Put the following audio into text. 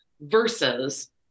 Versus